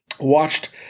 watched